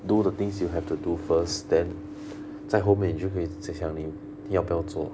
do the things you have to do first then 在后面你就可以再想你要不要做